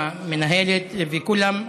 המנהלת וכולם,